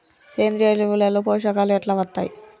సేంద్రీయ ఎరువుల లో పోషకాలు ఎట్లా వత్తయ్?